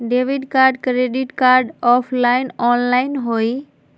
Debit card credit card offline online होई?